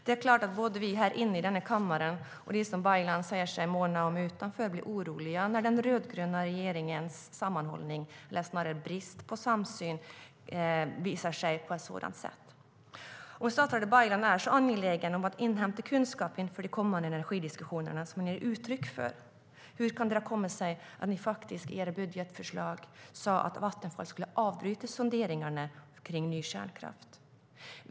Det är klart att både vi i denna kammare och de som Baylan säger sig måna om därutanför blir oroliga när den rödgröna regeringens brist på samsyn visar sig på ett sådant sätt. Statsrådet Baylan är angelägen om att inhämta kunskap inför de kommande energidiskussionerna. Hur kan det då komma sig att regeringen i sitt budgetförslag menade att Vattenfall skulle avbryta sonderingarna kring ny kärnkraft?